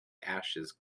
ashes